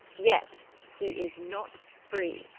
yet he is not free.